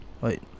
Wait